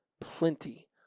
plenty